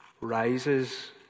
rises